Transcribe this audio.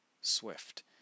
swift